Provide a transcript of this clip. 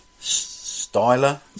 Styler